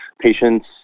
patients